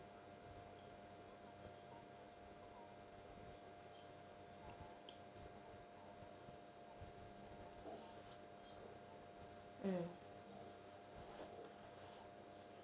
mm